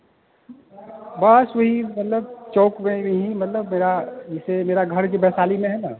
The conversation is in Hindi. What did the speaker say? बस वही मलतब चौक में यहीं मतलब मेरा जैसे मेरा घर यह वैशाली में है ना